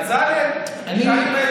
תשאל את היושב-ראש,